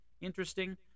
interesting